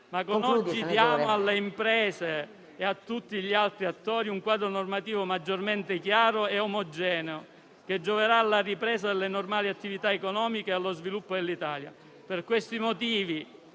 Ma oggi diamo alle imprese e a tutti gli altri attori un quadro normativo maggiormente chiaro e omogeneo che gioverà alla ripresa delle normali attività economiche e allo sviluppo dell'Italia. Per questi motivi